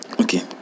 Okay